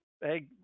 Hey